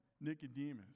Nicodemus